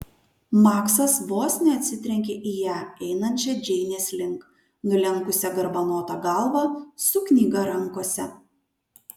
maksas vos neatsitrenkė į ją einančią džeinės link nulenkusią garbanotą galvą su knyga rankose